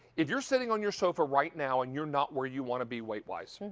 if you're sitting on your sofa right now and you're not where you want to be weight-wise